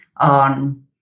on